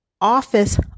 office